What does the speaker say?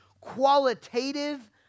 qualitative